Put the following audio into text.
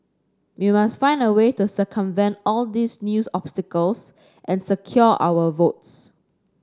we must find a way to circumvent all these news obstacles and secure our votes